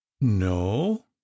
No